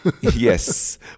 Yes